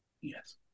Yes